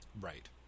Right